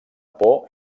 por